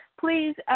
Please